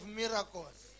miracles